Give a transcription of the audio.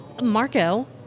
Marco